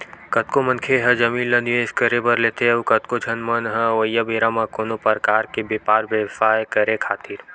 कतको मनखे मन ह जमीन ल निवेस करे बर लेथे अउ कतको झन मन ह अवइया बेरा म कोनो परकार के बेपार बेवसाय करे खातिर